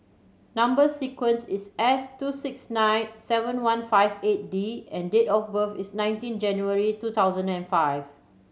number sequence is S two six nine seven one five eight D and date of birth is nineteen January two thousand and five